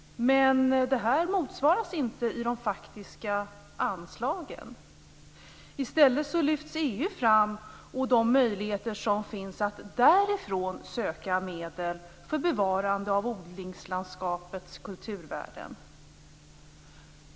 Men det motsvaras inte i de faktiska anslagen. I stället lyfts EU fram, och de möjligheter som finns att därifrån söka medel för bevarande av odlingslandskapets kulturvärden.